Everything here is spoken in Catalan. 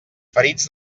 ferits